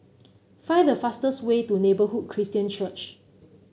find the fastest way to Neighbourhood Christian Church